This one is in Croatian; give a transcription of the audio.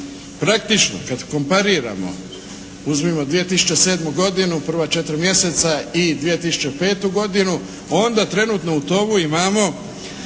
Praktično kad kompariramo uzmimo 2007. godinu prva četiri mjeseca i 2005. godinu onda trenutno u tovu imamo